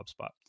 HubSpot